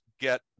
get